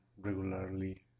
regularly